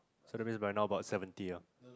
so that means by now about seventy ah